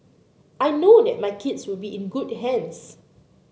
I know that my kids would be in good hands